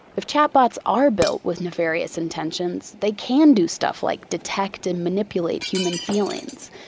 if chat bots are built with nefarious intentions, they can do stuff like detect and manipulate human feelings.